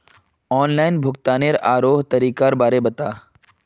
online भुग्तानेर आरोह तरीकार बारे बता